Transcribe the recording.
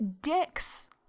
dicks